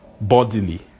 bodily